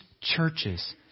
churches